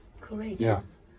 courageous